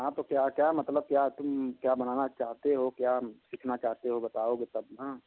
हाँ तो क्या क्या मतलब क्या तुम क्या बनाना चाहते हो क्या सीखना चाहते हो बताओगे तब ना